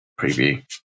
preview